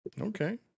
Okay